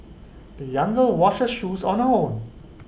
the young girl washed her shoes on own